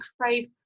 crave